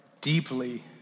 deeply